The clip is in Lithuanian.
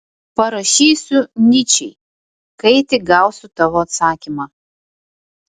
parašysiu nyčei kai tik gausiu tavo atsakymą